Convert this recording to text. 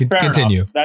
continue